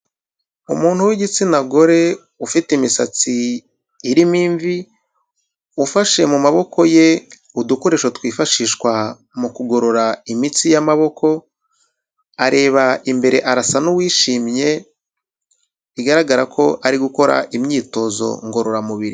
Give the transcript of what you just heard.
Umuntu w'igitsina gore, ufite imisatsi irimo imvi, ufashe mu maboko ye udukoresho twifashishwa mu kugorora imitsi y'amaboko, areba imbere arasa n'uwishimye, bigaragara ko ari gukora imyitozo ngororamubiri.